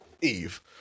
Eve